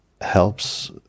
helps